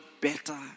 better